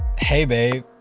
hey babe.